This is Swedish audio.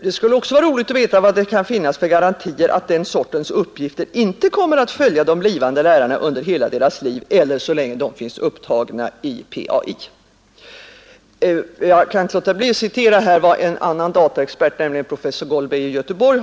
Det skulle också vara roligt att veta vad det kan finnas för garantier för att den sortens uppgifter inte kommer att följa de blivande lärarna under hela deras liv eller så länge de finns upptagna i PAI. Jag kan inte läta bli att citera vad en annan dataexpert, nämligen professor Goldberg i Göteborg.